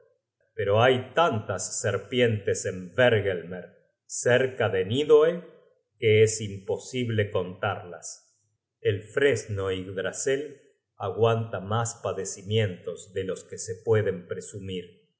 pero hay tantas serpientes en hvergelmer cerca de nidhoegg que es imposible contarlas content from google book search generated at cel fresno yggdrasel aguanta mas padecimientos de los que se pueden presumir